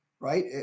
right